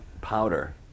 powder